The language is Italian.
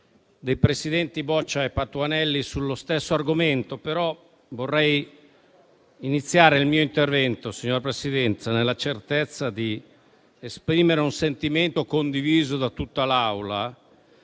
dei presidenti Boccia e Patuanelli, sullo stesso argomento, ma vorrei iniziare il mio intervento, nella certezza di esprimere un sentimento condiviso da tutta